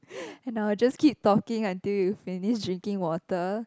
and I will just keep talking until you finish drinking water